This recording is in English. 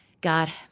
God